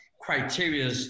criteria